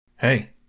Hey